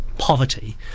poverty